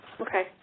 Okay